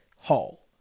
Hall